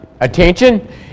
attention